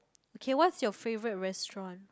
okay what's your favourite restaurant